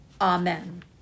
Amen